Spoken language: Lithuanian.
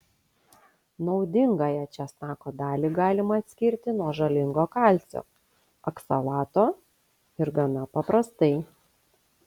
naudingąją česnako dalį galima atskirti nuo žalingo kalcio oksalato ir gana paprastai